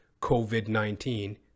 COVID-19